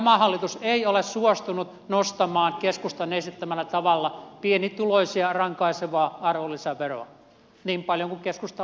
tämä hallitus ei ole suostunut nostamaan keskustan esittämällä tavalla pienituloisia rankaisevaa arvonlisäveroa niin paljon kuin keskusta olisi halunnut